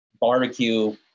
barbecue